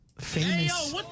famous